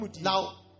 Now